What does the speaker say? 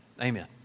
amen